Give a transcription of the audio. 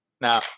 Now